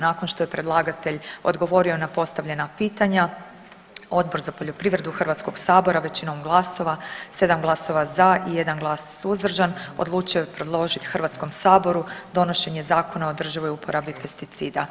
Nakon što je predlagatelj odgovorio na postavljena pitanja, Odbor za poljoprivredu Hrvatskog sabora većinom glasova, 7 glasova za i 1 glas suzdržan odlučio je predložiti Hrvatskom saboru donošenje Zakona o održivoj uporabi pesticida.